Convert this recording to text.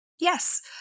Yes